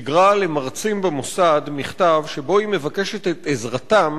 שיגרה למרצים במוסד מכתב שבו היא מבקשת עזרתם